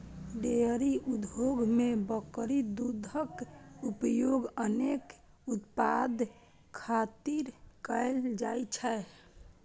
dairy उद्योग मे बकरी दूधक उपयोग अनेक उत्पाद खातिर कैल जाइ छै